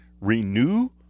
Renew